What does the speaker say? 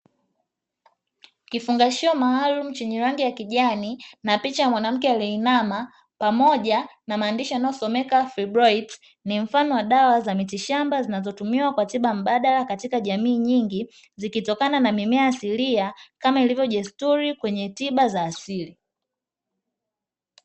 Kifungashio maalumu chenye rangi ya kijani na picha ya mwanamke aliyeinama, pamoja na maandishi yanayosomeka " fibruwaiti" ni mfano wa dawa za mitishamba zinazotumiwa kwa tiba mbadala katika jamii nyingi, zikitokana na mimea asilia kama ilivyo desturi kwenye tiba za asili.